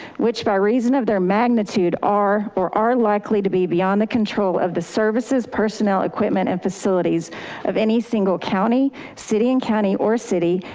which by reason of their magnitude are, or are likely to be beyond the control of the services, personnel, equipment, and facilities of any single county, city and county or city,